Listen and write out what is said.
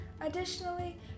additionally